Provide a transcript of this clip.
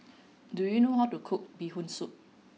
do you know how to cook Bee Hoon soup